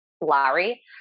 Larry